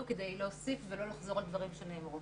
כדי להוסיף ולא לחזור על דברים שנאמרו.